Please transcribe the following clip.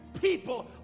people